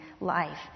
life